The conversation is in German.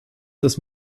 des